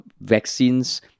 vaccines